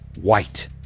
white